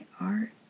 art